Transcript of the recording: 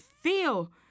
feel